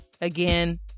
again